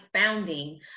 founding